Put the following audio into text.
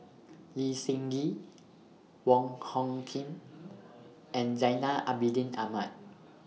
Lee Seng Gee Wong Hung Khim and Zainal Abidin Ahmad